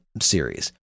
series